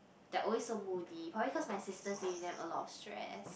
they always so moody probably cause my sisters give them a lot of stress